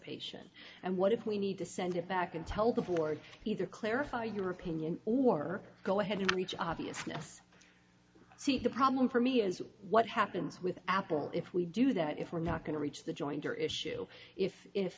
separation and what if we need to send it back and tell the board either clarify your opinion or go ahead and reach obviousness see the problem for me is what happens with apple if we do that if we're not going to reach the jointer issue if if